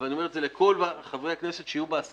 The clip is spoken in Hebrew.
אבל אני אומר את זה לכל חברי הכנסת שיהיו בהסכמות